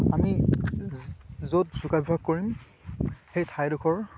আমি য'ত যোগাভ্যাস কৰিম সেই ঠাইডোখৰ